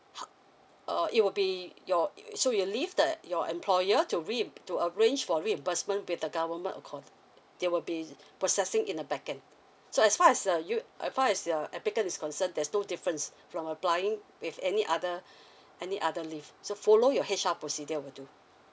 uh it will be your so it will leave that your employer to re~ to arrange for reimbursement with the government accord~ they will be processing in a backend so as far as err you as far as uh applicant is concern there's no difference from applying with any other any other leave so follow your H_R procedure will do